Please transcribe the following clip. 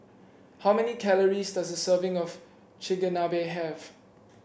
how many calories does a serving of Chigenabe have